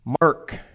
Mark